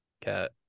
cat